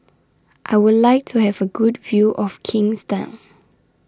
I Would like to Have A Good View of Kingstown